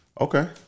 Okay